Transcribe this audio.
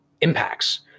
impacts